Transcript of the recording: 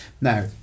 Now